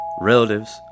relatives